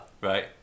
right